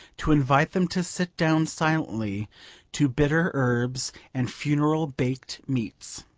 to invite them to sit down silently to bitter herbs and funeral baked meats.